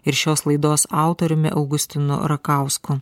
ir šios laidos autoriumi augustinu rakausku